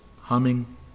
humming